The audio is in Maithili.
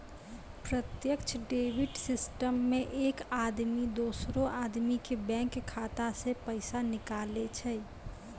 प्रत्यक्ष डेबिट सिस्टम मे एक आदमी दोसरो आदमी के बैंक खाता से पैसा निकाले छै